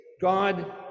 God